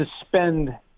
suspend